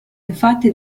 infatti